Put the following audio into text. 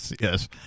yes